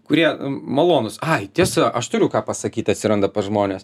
kurie malonūs ai tiesa aš turiu ką pasakyt atsiranda pas žmones